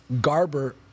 Garber